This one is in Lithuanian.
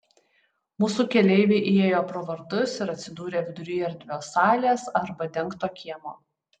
mūsų keleiviai įėjo pro vartus ir atsidūrė vidury erdvios salės arba dengto kiemo